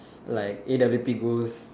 like A_W_P ghost